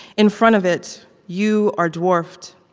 in front of it you are dwarfed.